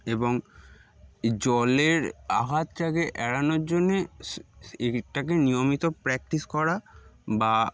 এবং জলের আঘাত টাকে এড়ানোর জন্যে এটাকে নিয়মিত প্র্যাকটিস করা বা